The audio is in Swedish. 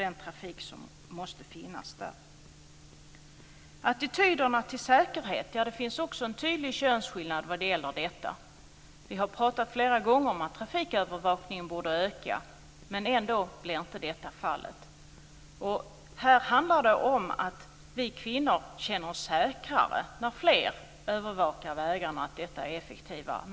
Attityderna till säkerhet finns det också en tydlig könsskillnad i. Ändå blir inte detta fallet. Här handlar det om att vi kvinnor känner oss säkrare när fler övervakar vägarna och att detta är effektivare.